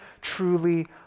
truly